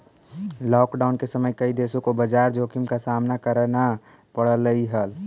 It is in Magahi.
लॉकडाउन के समय कई देशों को बाजार जोखिम का सामना करना पड़लई हल